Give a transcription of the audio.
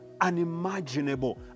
unimaginable